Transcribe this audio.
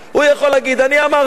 הוא יכול להגיד: אני אמרתי.